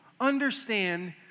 understand